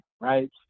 right